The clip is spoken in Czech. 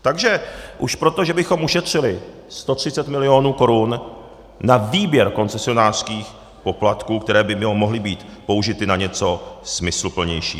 Takže už pro to, že bychom ušetřili 130 milionů korun na výběr koncesionářských poplatků, které by mohly být použity na něco smysluplnějšího.